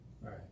right